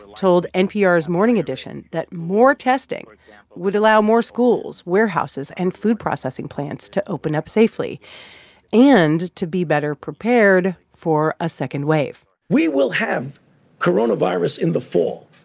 told npr's morning edition that more testing would allow more schools, warehouses and food processing plants to open up safely and to be better prepared for a second wave. we will have coronavirus in the fall.